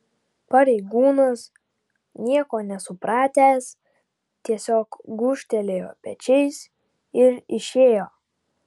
pareigūnas nieko nesupratęs tiesiog gūžtelėjo pečiais ir išėjo